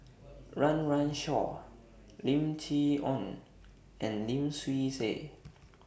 Run Run Shaw Lim Chee Onn and Lim Swee Say